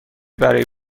برای